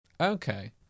Okay